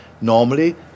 normally